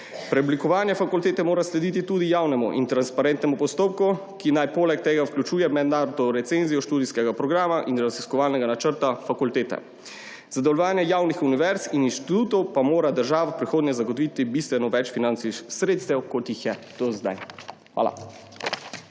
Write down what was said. Preoblikovanje fakultete mora slediti tudi javnemu in transparentnemu postopku, ki naj poleg tega vključuje mednarodno recenzijo študijskega programa in raziskovalnega načrta fakultete. Za delovanje javnih univerz in inštitutov pa mora država v prihodnje zagotoviti bistveno več finančnih sredstev kot jih je do zdaj. Hvala.